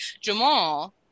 jamal